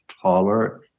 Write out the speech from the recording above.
taller